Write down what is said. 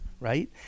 right